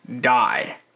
die